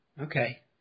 Okay